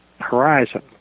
horizon